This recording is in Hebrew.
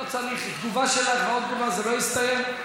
לא צריך, תגובה שלך ועוד תגובה, זה לא יסתיים.